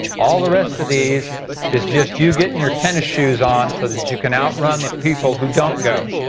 all the rest of these is just you getting your tennis shoes on so that you can outrun people who don't go.